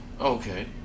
Okay